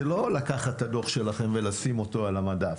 זה לא לקחת את הדוח שלכם ולשים אותו על המדף,